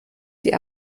sie